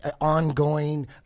ongoing